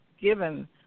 given